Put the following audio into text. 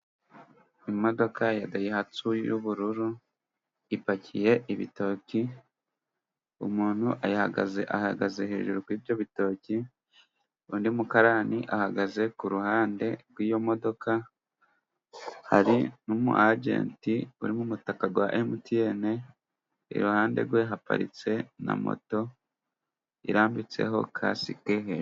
Imodoka ya Dayihatsu y'ubururu ipakiye ibitoki, umuntu ayihagaze ,ahagaze hejuru ku ibyo bitoki, undi mukarani ahagaze ku ruhande rw'iyo modoka, hari n'umu agent uri mu mutaka wa MTN, iruhande rwe haparitse na moto irambitseho kasike hejuru.